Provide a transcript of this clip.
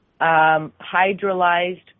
hydrolyzed